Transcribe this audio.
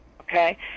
Okay